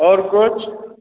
और कुछ